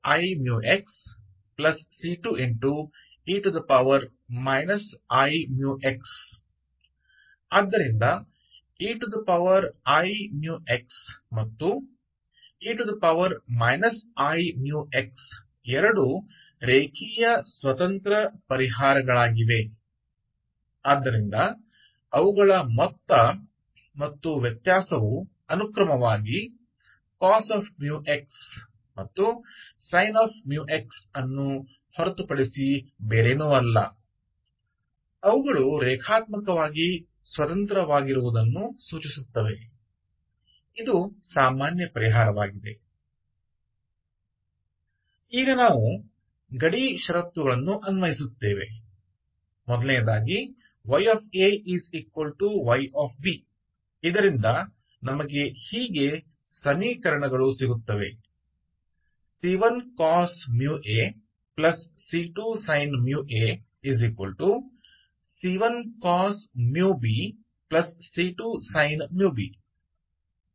अब हम सीमा शर्तें लागू करते हैं i yayb हमें देता है c1cos ac2sin μ a c1cos bc2sin μ b c1cos a cos bc2sin a sin b0 अब हम आवेदन करते हैं ii y y हमें देता है c1sin ac2cos μ a c1sin μb c2cos μ b c1sin a sin bc2cos a cos b0 हम एगेन मूल्य और एगेन फंक्शन प्राप्त करने के लिए एक गैर 0 समाधान की तलाश कर रहे हैं